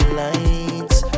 lights